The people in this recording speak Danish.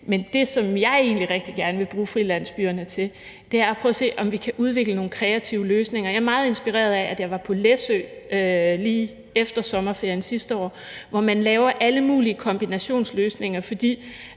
Men det, som jeg egentlig rigtig gerne vil bruge frilandsbyerne til, er at prøve at se, om vi kan udvikle nogle kreative løsninger. Jeg er meget inspireret af, hvad der sker på Læsø, som jeg besøgte lige efter sommerferien sidste år. Her laver man alle mulige kombinationsløsninger, fordi